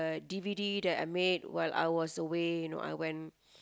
D_V_D that I made while I was away you know I went